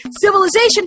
civilization